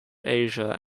asia